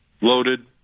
Loaded